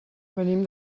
venim